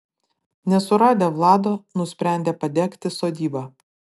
nesuradę vlado nusprendė padegti sodybą